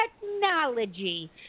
technology